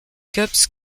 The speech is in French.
cubs